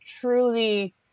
truly